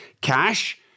cash